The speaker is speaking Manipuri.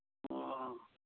ꯑꯣ